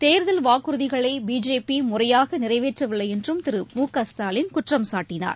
தோ்தல் வாக்குறுதிகளைபிஜேபிமுறையாகநிறைவேற்றவில்லைஎன்றும் திரு மு க ஸ்டாலின் குற்றம்சாட்டினார்